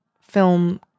film